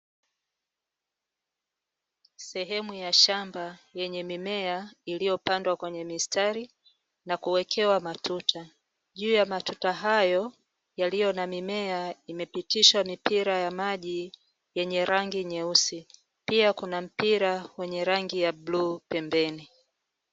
Sehemu ya shamba yenye mimea iliyopandwa kwenye mistari na kuwekewa matuta. Juu ya matuta hayo yaliyo na mimea imepitishwa mipira ya maji yenye rangi nyeusi, pia kuna mpira wenye rangi ya bluu pembeni.